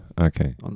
okay